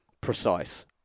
precise